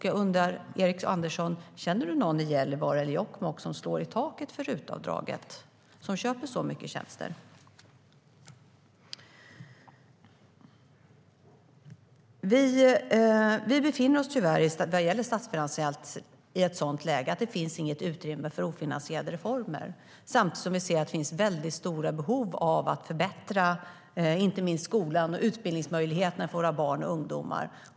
Jag undrar: Erik Andersson, känner du någon i Gällivare eller Jokkmokk som slår i taket för RUT-avdraget? Vi befinner oss tyvärr statsfinansiellt i ett sådant läge att det inte finns något utrymme för ofinansierade reformer. Samtidigt ser vi stora behov av att förbättra inte minst skolan och utbildningsmöjligheterna för våra barn och ungdomar.